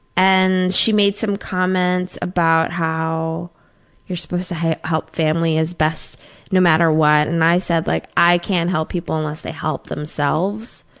and she made some comment about how you're supposed to help family as best no matter what. and, i said like i can't help people unless they help themselves.